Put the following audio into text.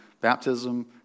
baptism